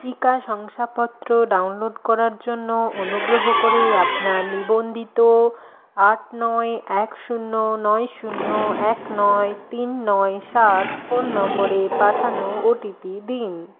টিকা শংসাপত্র ডাউনলোড করার জন্য অনুগ্রহ করে আপনার নিবন্ধিত আট নয় এক শূন্য নয় শূন্য এক নয় তিন নয় সাত ফোন নম্বরে পাঠানো ও টি পি দিন